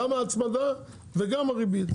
גם ההצמדה וגם הריבית.